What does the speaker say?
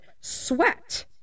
sweat